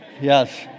Yes